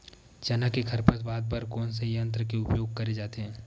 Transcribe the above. चना के खरपतवार बर कोन से यंत्र के उपयोग करे जाथे?